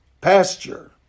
pasture